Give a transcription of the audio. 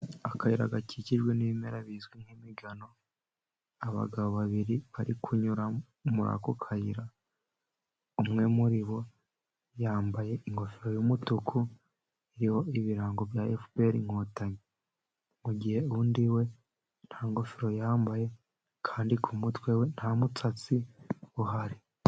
Akayira gakikijwe n'ibimera bizwi nk'imigano, abagabo babiri bari kunyura muri ako kayira, umwe muri bo yambaye ingofero y'umutuku iriho ibirango bya FPR Inkotanyi, mu gihe undi we nta ngofero yambaye, kandi ku mutwe we nta musatsi uhari.